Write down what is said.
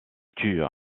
tue